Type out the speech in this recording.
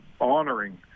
honoring